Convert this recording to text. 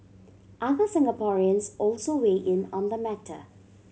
other Singaporeans also weigh in on the matter